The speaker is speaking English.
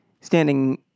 Standing